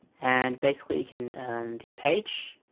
and basically you can view page